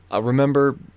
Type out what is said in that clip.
Remember